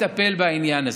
ישמח לטפל בעניין הזה.